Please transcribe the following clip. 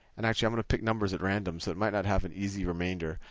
and actually, i'm going to pick numbers at random, so it might not have an easy remainder.